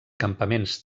campaments